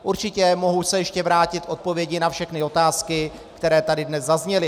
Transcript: Určitě se mohu ještě vrátit k odpovědi na všechny otázky, které tady dnes zazněly.